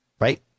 Right